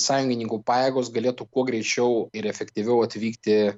sąjungininkų pajėgos galėtų kuo greičiau ir efektyviau atvykti